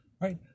right